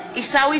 עיסאווי